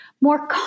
more